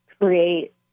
create